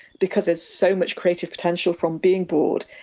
because there's so much creative potential from being bored.